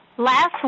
Last